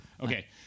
Okay